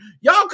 Y'all